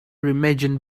remagen